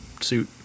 suit